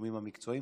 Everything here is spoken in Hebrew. הגורמים המקצועיים.